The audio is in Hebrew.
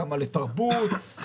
כמה לתרבות,